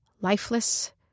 lifeless